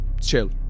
chill